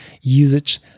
usage